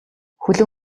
хөлөг